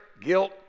guilt